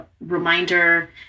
reminder